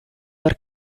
for